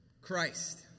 Christ